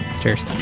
Cheers